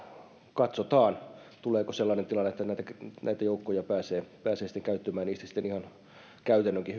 katsotaan tuleeko sellainen tilanne että näitä joukkoja pääsee pääsee sitten käyttämään että niistä sitten ihan käytännönkin